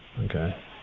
okay